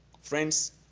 friends